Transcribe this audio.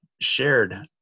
shared